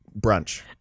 brunch